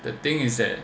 the thing is that